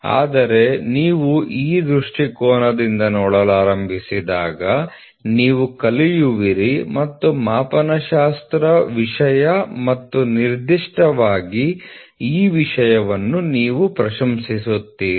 ಆದರೆ ನೀವು ಈ ದೃಷ್ಟಿಕೋನದಿಂದ ನೋಡಲಾರಂಭಿಸಿದಾಗ ನೀವು ಕಲಿಯುವಿರಿ ಮತ್ತು ಮಾಪನಶಾಸ್ತ್ರ ವಿಷಯ ಮತ್ತು ನಿರ್ದಿಷ್ಟವಾಗಿ ಈ ವಿಷಯವನ್ನು ನೀವು ಪ್ರಶಂಸಿಸುತ್ತೀರಿ